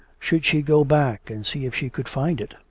should she go back and see if she could find it?